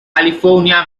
california